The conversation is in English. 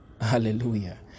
Hallelujah